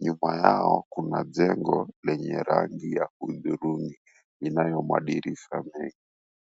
Nyuma yao kuna jengo lenye rangi ya hudhurungi linalo madirisha mengi.